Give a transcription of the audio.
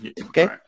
okay